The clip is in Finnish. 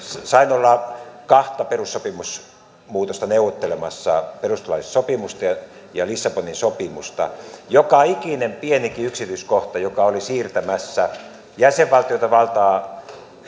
sain olla kahta perussopimusmuutosta neuvottelemassa perustuslakisopimusta ja lissabonin sopimusta joka ikinen pienikin yksityiskohta joka oli siirtämässä jäsenvaltioilta valtaa